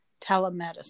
telemedicine